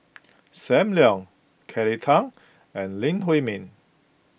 Sam Leong Kelly Tang and Lee Huei Min